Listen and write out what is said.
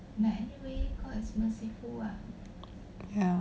ya